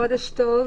חודש טוב.